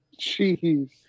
Jeez